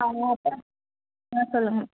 அவங்க அப்புறம் ஆ சொல்லுங்க